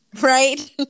right